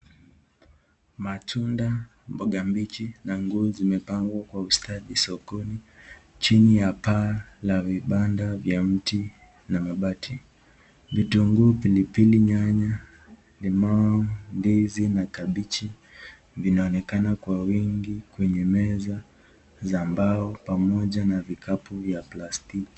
Matunda mboga mbichi na nguo Zimepangwa Kwa ustadi sokoni chini ya paa la vibanda vya mti na mabati. Vitunguu pilipili nyanya na limau ndizi na kabechi vinaonekana Kwa uwingi kwenye meza za mbao pamoja na vikapu ya plastiki